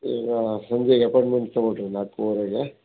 ಈಗ ಸಂಜೆಗೆ ಅಪ್ಪೋಯಿಂಟ್ಮೆಂಟ್ ತಗೊಳ್ರಿ ನಾಲ್ಕುವರೆಗೆ